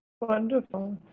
Wonderful